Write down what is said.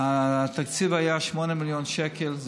התקציב היה 8 מיליון שקל,